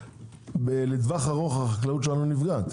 לטווח ארוך החקלאות שלנו נפגעת,